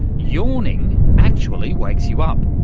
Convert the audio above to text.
yawning actually wakes you up.